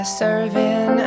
serving